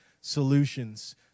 solutions